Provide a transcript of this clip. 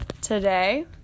today